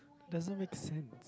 doesn't make sense